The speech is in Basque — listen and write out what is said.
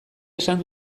esan